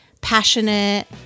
passionate